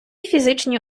фізичні